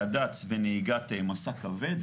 קד"צ ונהיגת משא כבד,